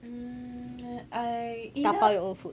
um I either